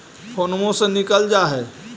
फोनवो से निकल जा है?